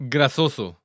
Grasoso